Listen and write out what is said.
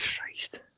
Christ